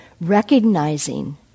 recognizing